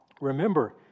remember